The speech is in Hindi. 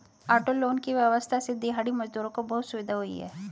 ऑटो लोन की व्यवस्था से दिहाड़ी मजदूरों को बहुत सुविधा हुई है